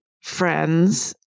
friends